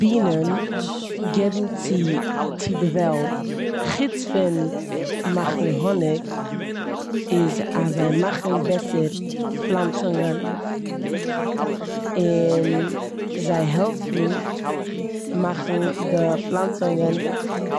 בינען געבן צו צו די וועלט חוץ פון מאכן האניג איז אז זיי מאכן בעסער פלאנצונגען און זיי העלפן מאכן די פלאנצונגען